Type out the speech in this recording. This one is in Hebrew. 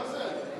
מה זה אין?